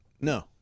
No